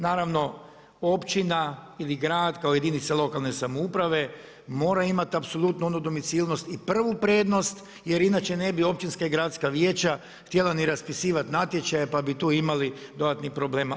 Naravno, općina ili grad kao jedinica lokalne samouprave mora imati apsolutno onu domicilnost i prvu prednost jer inače općinska i gradska vijeća htjela ni raspisivati natječaje pa bi tu imali dodatnih problema.